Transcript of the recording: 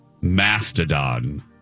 Mastodon